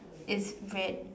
is red